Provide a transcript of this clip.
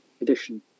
edition